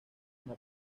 una